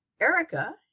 Erica